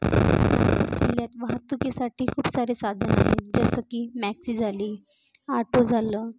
नागपूर जिल्ह्यात वाहतुकीसाटी खूप सारे साधनं आहेत जसं की मॅक्सि झाली आटो झालं